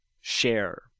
share